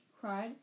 cried